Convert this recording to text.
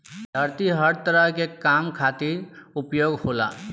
धरती हर तरह के काम खातिर उपयोग होला